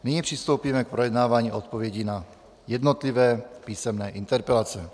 Nyní přistoupíme k projednávání odpovědí na jednotlivé písemné interpelace.